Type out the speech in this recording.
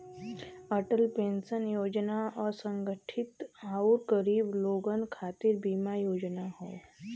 Atal pension Yojana असंगठित आउर गरीब लोगन खातिर बीमा योजना हौ